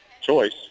choice